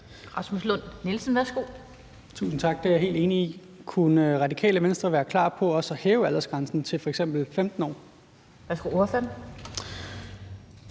Rasmus Lund-Nielsen (M): Tusind tak. Det er jeg helt enig i. Kunne Radikale Venstre være klar på også at hæve aldersgrænsen til f.eks. 15 år? Kl.